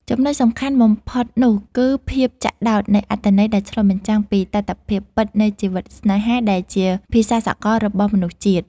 ចំណុចសំខាន់បំផុតនោះ គឺភាពចាក់ដោតនៃអត្ថន័យដែលឆ្លុះបញ្ចាំងពីតថភាពពិតនៃជីវិតស្នេហា ដែលជាភាសាសកលរបស់មនុស្សជាតិ។